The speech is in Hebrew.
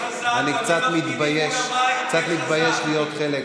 אני קצת מתבייש להיות חלק